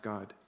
God